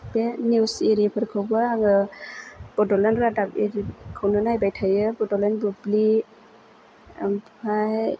बे निउस इरिफोरखौबो आङो बड'लेण्ड रादाब इरिखौनो नायबाय थायो बड'लेण्ड बुब्लि ओमफाय